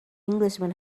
englishman